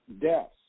deaths